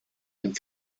and